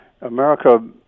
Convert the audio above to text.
America